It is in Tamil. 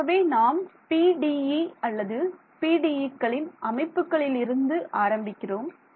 ஆகவே நாம் PDE அல்லது PDEக்களின் அமைப்புகளிலிருந்து ஆரம்பிக்கிறோம்